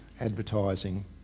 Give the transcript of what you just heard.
advertising